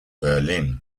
berlin